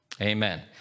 Amen